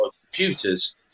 computers